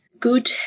Good